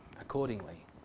accordingly